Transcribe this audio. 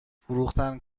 فروختن